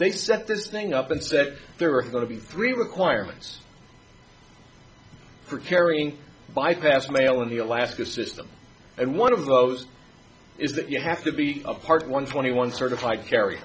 they set this thing up and said there are going to be three requirements for carrying bypassed mail in the alaska system and one of those is that you have to be a part one twenty one certified carr